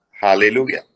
Hallelujah